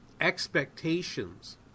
expectations